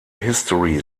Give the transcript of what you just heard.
history